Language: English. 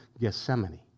Gethsemane